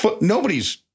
nobody's